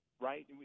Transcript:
right